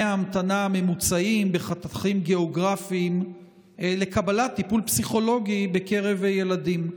ההמתנה הממוצעים בחתכים גיאוגרפיים לקבלת טיפול פסיכולוגי בקרב ילדים.